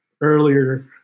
earlier